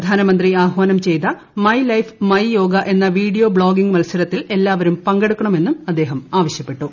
പ്രധാനമന്ത്രി ആഹ്വാനം ചെയ്ത മൈ ലൈഫ് മൈ യോഗ എന്ന വീഡിയോ ബ്ലോഗിംഗ് മത്സരത്തിൽ എല്ലാവരും പങ്കെടുക്കണമെന്ന് അദ്ദേഹം ആവശ്യപ്പെട്ടു